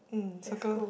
mm circle